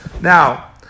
Now